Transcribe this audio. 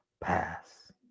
pass